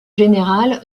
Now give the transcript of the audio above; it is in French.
général